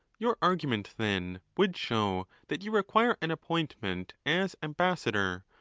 your argument, then, would show that you re quire an appointment as ambassador,